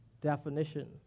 definition